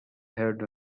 heard